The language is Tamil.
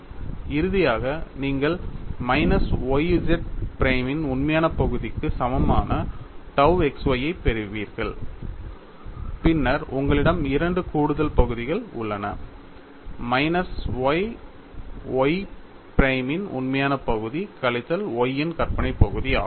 இறுதியாக நீங்கள் மைனஸ் y Z பிரைமின் உண்மையான பகுதிக்கு சமமான tau x y ஐப் பெறுவீர்கள் பின்னர் உங்களிடம் இரண்டு கூடுதல் பகுதிகள் உள்ளன மைனஸ் y Y பிரைமின் உண்மையான பகுதி கழித்தல் Y இன் கற்பனை பகுதி ஆகும்